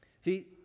See